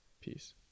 Peace